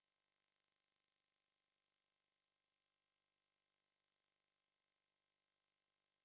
mmhmm mm